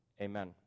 amen